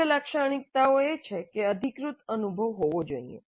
મુખ્ય લાક્ષણિકતાઓ તે છે કે તે અધિકૃત અનુભવ હોવો જોઈએ